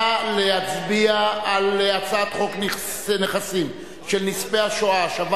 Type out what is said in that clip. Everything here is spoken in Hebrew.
נא להצביע על הצעת חוק נכסים של נספי השואה (השבה